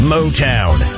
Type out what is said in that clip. Motown